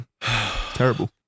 terrible